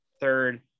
third